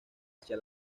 hacia